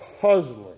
puzzling